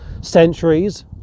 centuries